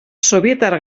sobietar